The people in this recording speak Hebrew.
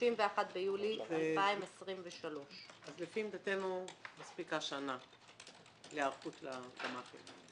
31 ביולי 2023. אז לפי עמדתנו מספיקה שנה להיערכות של הגמ"חים.